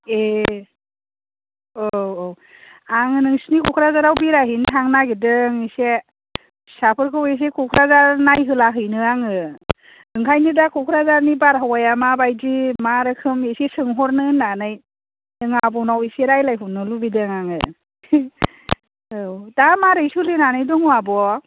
ए औ औ आङो नोंसोरनि क'क्राझाराव बेरायहैनो थांनो नागिरदों एसे फिसाफोरखौ एसे क'क्राझार नायहोलाहैनो आङो बेनिखायनो दा क'क्राझारनि बारहावाया माबायदि मा रोखोम एसे सोंहरनो होननानै नों आब'नाव एसे रायलायहरनो लुबैदों आङो औ दा माबोरै सोलिनानै दङ आब'